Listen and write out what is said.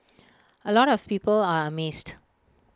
A lot of people are amazed